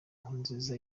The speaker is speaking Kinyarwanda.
nkurunziza